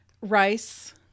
rice